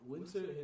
Winter